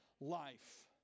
life